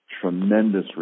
tremendous